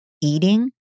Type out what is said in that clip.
eating